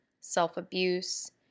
self-abuse